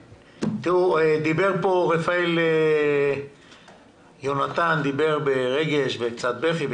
דיבר פה רפאל יונתן קלנר פוליסוק ברגש ובבכי,